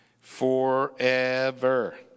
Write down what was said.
forever